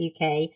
UK